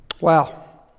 Wow